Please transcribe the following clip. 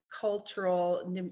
cultural